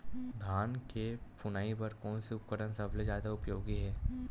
धान के फुनाई बर कोन से उपकरण सबले जादा उपयोगी हे?